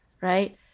right